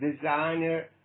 designer